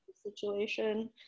situation